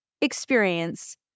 experience